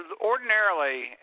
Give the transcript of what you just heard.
ordinarily